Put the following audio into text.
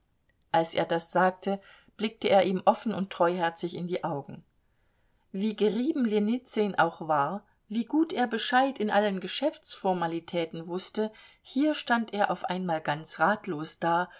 als er das sagte blickte er ihm offen und treuherzig in die augen wie gerieben ljenizyn auch war wie gut er bescheid in allen geschäftsformalitäten wußte hier stand er auf einmal ganz ratlos da